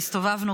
והסתובבנו,